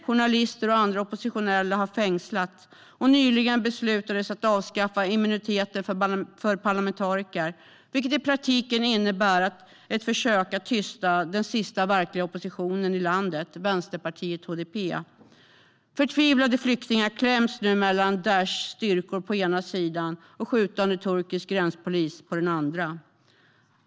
Journalister och andra oppositionella har fängslats, och nyligen beslutade man sig för att avskaffa immuniteten för parlamentariker. Det innebär i praktiken ett försök att tysta den sista verkliga oppositionen i landet, vänsterpartiet HDP. Förtvivlade flyktingar kläms nu mellan Daishs styrkor på ena sidan och skjutande turkisk gränspolis på den andra.